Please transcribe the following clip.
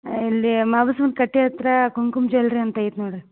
ಇಲ್ಲೀ ಮಗುಸುನ ಕಟ್ಟೆ ಹತ್ತಿರ ಕುಂಕುಮ ಜುವೆಲ್ರಿ ಅಂತ ಐತೆ ನೋಡಿರಿ